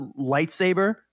lightsaber